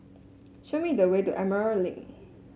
show me the way to Emerald Link